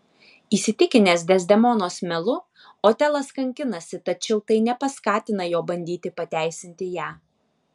įsitikinęs dezdemonos melu otelas kankinasi tačiau tai nepaskatina jo bandyti pateisinti ją